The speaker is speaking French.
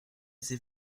ses